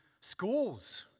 schools